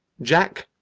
jack,